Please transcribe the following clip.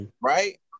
Right